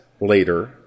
later